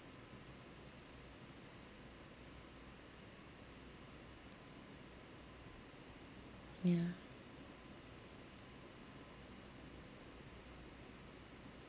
ya